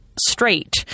straight